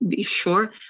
sure